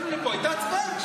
עלינו לפה והייתה הצבעה,